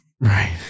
Right